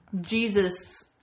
Jesus